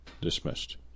dismissed